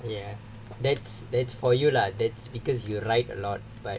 ya that's that's for you lah that's because you write a lot but